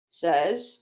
Says